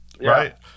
right